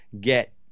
get